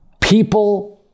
People